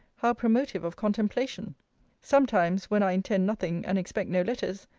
how promotive of contemplation sometimes, when i intend nothing, and expect no letters,